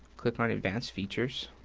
click on advanced features.